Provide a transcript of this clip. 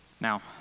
Now